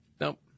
Nope